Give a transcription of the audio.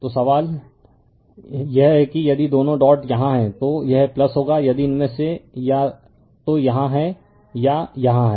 तो सवाल यह है कि यदि दोनों डॉट यहाँ हैं तो यह होगा यदि इनमें से या तो यहाँ है या यहाँ है या यहाँ है